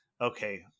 okay